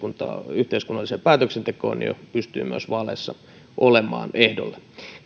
yhteiskunnalliseen päätöksentekoon pystyy myös vaaleissa olemaan ehdolla